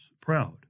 proud